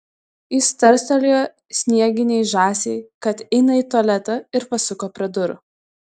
jis tarstelėjo snieginei žąsiai kad eina į tualetą ir pasuko prie durų